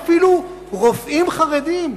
אדוני היושב-ראש, יש אפילו רופאים חרדים.